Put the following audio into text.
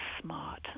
smart